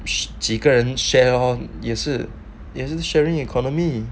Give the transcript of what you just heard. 是几个人 share lor 也是也是 sharing economy